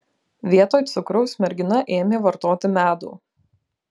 vietoj cukraus mergina ėmė vartoti medų